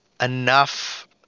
enough